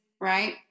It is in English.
right